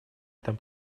этом